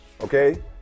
Okay